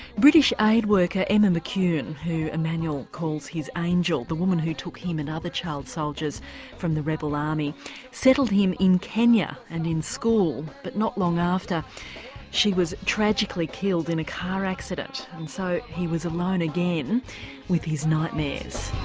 british aid worker emma mccune who emmanuel calls his angel, the woman who took him and other child soldiers from the rebel army settled him in kenya and in school, but not long after she was tragically killed in a car accident. and so he was alone again with his nightmares.